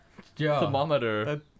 thermometer